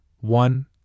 One